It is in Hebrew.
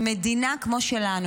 במדינה כמו שלנו,